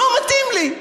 לא מתאים לי,